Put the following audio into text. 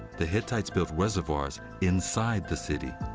the hittites built reservoirs inside the city.